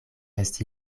esti